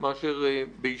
מאשר באשפוז.